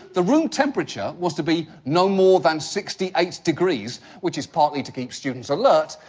the room temperature was to be no more than sixty eight degrees, which is partly to keep students alert,